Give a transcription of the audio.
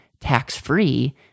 tax-free